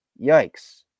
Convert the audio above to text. Yikes